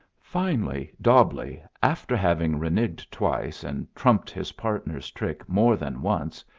finally dobbleigh, after having reneged twice, and trumped his partner's trick more than once,